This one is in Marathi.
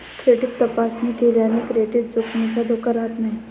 क्रेडिट तपासणी केल्याने क्रेडिट जोखमीचा धोका राहत नाही